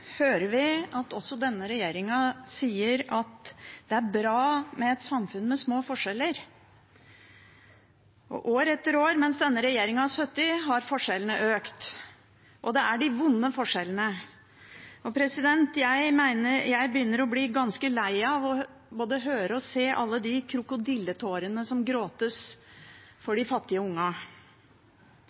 vi at også denne regjeringen sier at det er bra med et samfunn med små forskjeller. År etter år mens denne regjeringen har sittet, har forskjellene økt – og det er de vonde forskjellene. Jeg begynner å bli ganske lei av både å høre og se alle de krokodilletårene som gråtes for de fattige